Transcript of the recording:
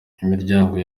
imiryango